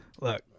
Look